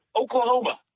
Oklahoma